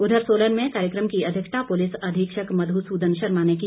उधर सोलन में कार्यक्रम की अध्यक्षता पुलिस अधीक्षक मधु सूदन शर्मा ने की